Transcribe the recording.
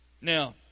Now